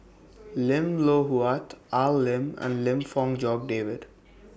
Lim Loh Huat Al Lim and Lim Fong Jock David